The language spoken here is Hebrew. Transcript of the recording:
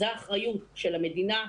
זו האחריות של המדינה.